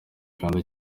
uganda